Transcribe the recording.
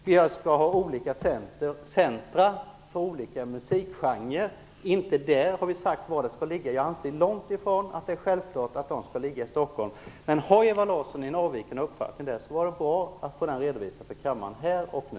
Vi skall ha olika centrum för olika musikgenrer. Vi har inte sagt var de skall ligga. Jag anser att det långtifrån är självklart att de skall ligga i Stockholm. Men om Ewa Larsson har en avvikande uppfattning vore det bra om hon redovisade den för kammaren här och nu.